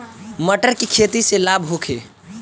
मटर के खेती से लाभ होखे?